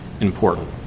important